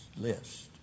list